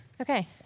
Okay